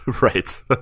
right